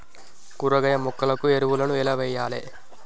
కూరగాయ మొక్కలకు ఎరువులను ఎలా వెయ్యాలే?